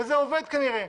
וזה עובד כנראה.